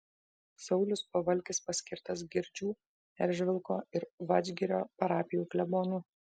saulius pavalkis paskirtas girdžių eržvilko ir vadžgirio parapijų klebonu